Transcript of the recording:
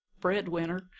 breadwinner